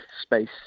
space